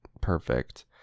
perfect